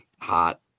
hot